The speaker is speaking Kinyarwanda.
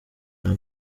nta